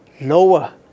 lower